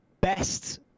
best